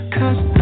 Cause